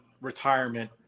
retirement